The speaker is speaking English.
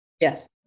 Yes